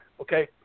okay